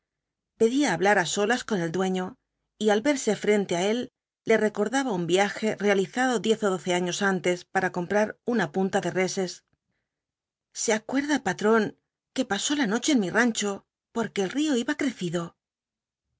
pedía hablar á solas con el dueño y al verse frente á él le recordaba un viaje realizado diez ó doce años antes para comprar xina punta de reses se acuerda patrón que pasó la noche en mi rancho porque el río iba crecido